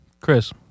Chris